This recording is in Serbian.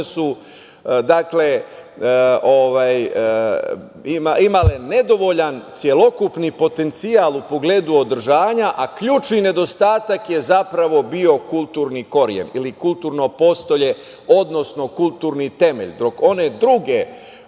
su imale nedovoljan celokupni potencijal u pogledu održanja, a ključni nedostatak je zapravo bio kulturni koren ili kulturno postolje, odnosno kulturni temelj. Dok one druge